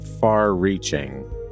far-reaching